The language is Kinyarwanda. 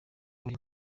uri